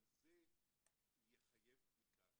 גם זה יחייב בדיקה.